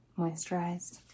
moisturized